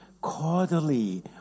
cordially